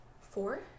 four